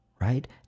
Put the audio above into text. right